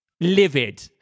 Livid